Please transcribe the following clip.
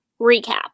recap